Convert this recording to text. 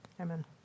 Amen